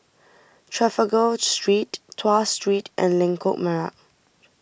Trafalgar Street Tuas Street and Lengkok Merak